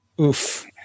Oof